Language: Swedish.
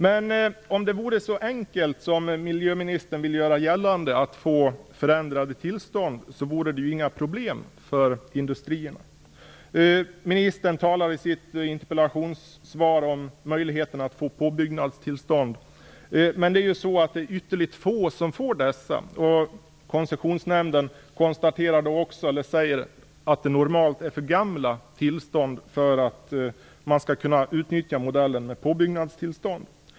Men om det vore så enkelt som miljöministern vill göra gällande att få förändrade tillstånd, vore det ju inga problem för industrierna. Ministern talar i sitt interpellationssvar om möjligheterna att få påbyggnadstillstånd, men det är ytterligt få som får dessa. Koncessionsnämnden säger också att tillstånden normalt är för gamla för att man skall kunna utnyttja modellen med påbyggnadstillstånd.